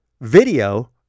video